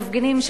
מפגינים,